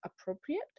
appropriate